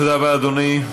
תודה רבה, אדוני.